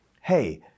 hey